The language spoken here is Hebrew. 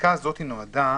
הפסקה הזאת נועדה